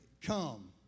come